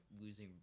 losing